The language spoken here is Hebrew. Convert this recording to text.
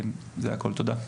זה הכול, תודה.